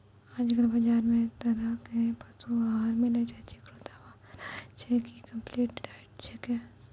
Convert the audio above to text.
आजकल बाजार मॅ तरह तरह के पशु आहार मिलै छै, जेकरो दावा रहै छै कि कम्पलीट डाइट छेकै